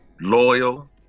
loyal